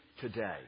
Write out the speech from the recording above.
today